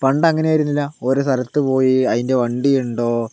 പണ്ട് അങ്ങനെയായിരുന്നില്ല ഒരു സ്ഥലത്ത് പോയി അതിൻ്റെ വണ്ടിയുണ്ടോ